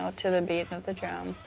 to the beat of the drum.